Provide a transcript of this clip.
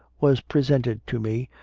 was presented to me.